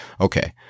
Okay